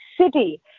city